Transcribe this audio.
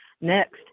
next